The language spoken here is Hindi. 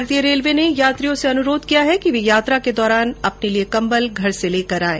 भारतीय रेलवे ने यात्रियों से अनुरोध किया है कि वे यात्रा के दौरान अपने लिए कम्बल घर से लेकर आयें